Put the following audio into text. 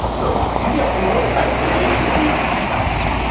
so you get promoted by creating the smith algorithm.